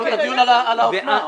הדיון על האופנה,